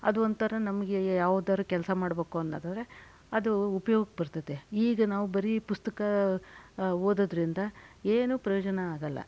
ಅದು ಒಂಥರ ನಮಗೆ ಯಾವ್ದಾದ್ರೂ ಕೆಲಸ ಮಾಡಬೇಕು ಅನ್ನೋದಾದ್ರೆ ಅದು ಉಪಯೋಗಕ್ಕೆ ಬರ್ತದೆ ಈಗ ನಾವು ಬರೀ ಪುಸ್ತಕ ಓದೋದರಿಂದ ಏನು ಪ್ರಯೋಜನ ಆಗಲ್ಲ